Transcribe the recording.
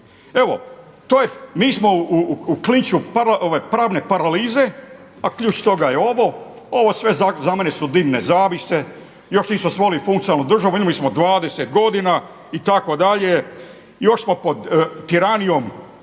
Mi smo u klinču pravne paralize, a ključ toga je ovo. Ovo sve za mene su dimne zavjese. Još nismo osnovali funkcionalnu državu imali smo 20 godina itd., još smo pod tiranijom,